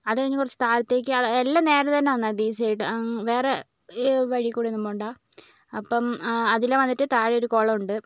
അതുകഴിഞ്ഞ് കുറച്ച് താഴത്തേക്ക് എല്ലാം നേരെ തന്നെ വന്നാൽ മതി ഈസി ആയിട്ട് വേറെ വഴിയിൽക്കൂടെ ഒന്നും പോവേണ്ട അപ്പം അതിലെ വന്നിട്ട് താഴെ ഒരു കുളമുണ്ട്